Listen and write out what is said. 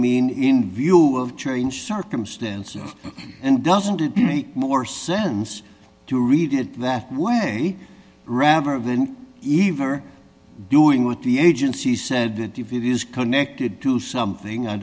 mean in view of change circumstances and doesn't it make more sense to read it that way rather than eve are doing what the agency said that if it is connected to something i